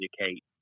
educate